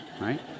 right